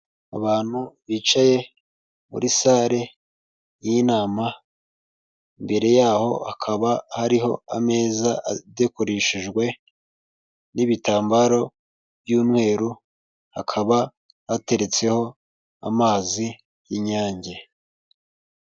Abantu bicaye muri sare y'inama, imbere yaho, hakaba hariho ameza adekoreshejwe n'ibitambaro by'umweru, hakaba hateretseho amazi y'Inyange.